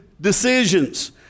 decisions